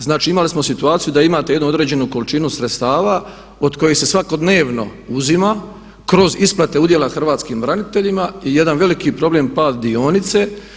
Znači imali smo situaciju da imate jednu određenu količinu sredstava od kojih se svakodnevno uzima kroz isplate udjela Hrvatskim braniteljima i jedan veliki problem pad dionice.